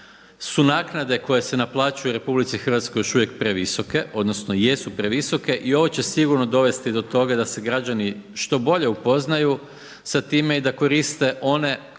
su naknade koje se naplaćuju u RH još uvijek previsoke, odnosno jesu previsoke i ovo će sigurno dovesti do toga da se građani što bolje upoznaju sa time i da koriste one